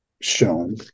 shown